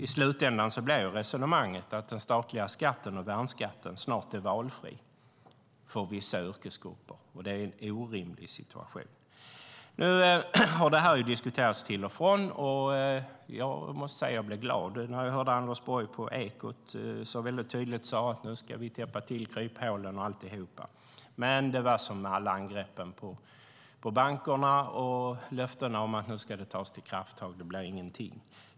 I slutändan blir resonemanget att den statliga skatten och värnskatten snart är valfria för vissa yrkesgrupper, och det är en orimlig situation. Nu har det här diskuterats till och från. Jag måste säga att jag blev glad när jag hörde Anders Borg i Ekot tydligt säga att vi nu ska täppa till kryphålen och alltihop. Men det var som med alla angrepp på bankerna och löftena om att det nu ska tas krafttag. Det blir ingenting.